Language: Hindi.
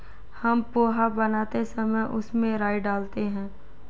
हम पोहा बनाते समय उसमें राई डालते हैं